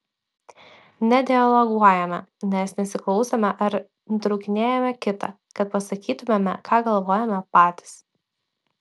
nedialoguojame nes nesiklausome ar nutraukinėjame kitą kad pasakytumėme ką galvojame patys